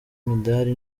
imidari